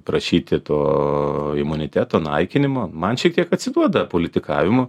prašyti to imuniteto naikinimo man šiek tiek atsiduoda politikavimu